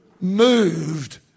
moved